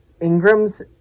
ingram's